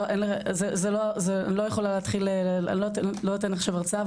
לא אתן עכשיו הרצאה.